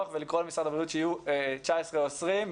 ולקרוא למשרד הבריאות שיהיו 19 או 20 תלמידים?